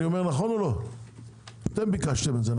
אתם ביקשתם את זה.